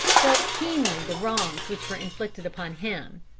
felt keenly the wrongs which were inflicted upon him.